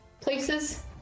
places